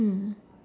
mm